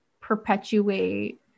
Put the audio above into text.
perpetuate